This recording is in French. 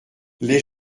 les